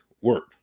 work